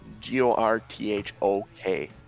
G-O-R-T-H-O-K